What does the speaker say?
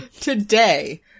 Today